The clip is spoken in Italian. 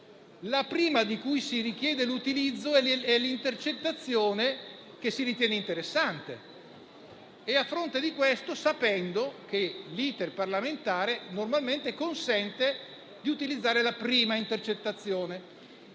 la prima di cui si richiede l'utilizzo sarà l'intercettazione che si ritiene interessante. Questo avviene sapendo che l'*iter* parlamentare normalmente consente di utilizzare la prima intercettazione,